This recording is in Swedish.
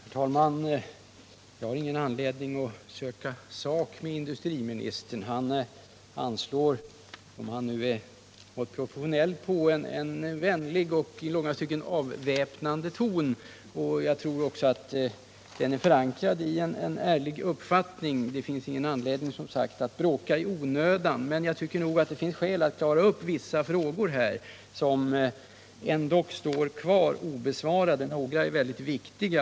Herr talman! Jag har ingen anledning att här söka sak med industriministern. Han anslår en vänlig och i långa stycken avväpnande ton, som jag också tror är förankrad i en ärlig uppfattning. Därför finns det som sagt ingen anledning att bråka i onödan. Men det finns ändå skäl att här klara upp vissa frågor som står kvar obesvarade. Några av dem är mycket viktiga.